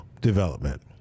development